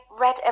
read